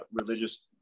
religious